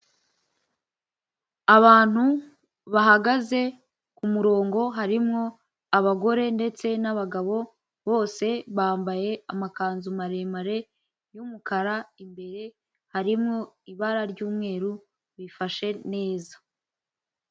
Abantu bahagaze ku murongo, harimo abagore ndetse n'abagabo, bose bambaye amakanzu maremare y'umukara, imbere harimo ibara ry'umweru, bifashe neza.